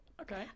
Okay